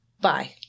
bye